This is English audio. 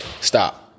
stop